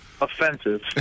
offensive